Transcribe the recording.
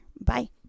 Bye